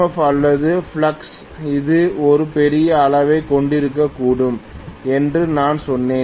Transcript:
F அல்லது flux இது ஒரு பெரிய அளவைக் கொண்டிருக்கக்கூடும் என்று நான் சொன்னேன்